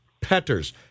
Petters